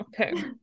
Okay